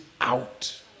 out